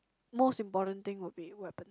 most important thing would be weapons